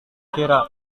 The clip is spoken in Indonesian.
kira